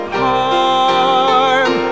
harm